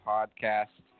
Podcast